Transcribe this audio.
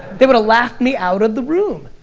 they would've laughed me out of the room.